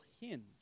hinge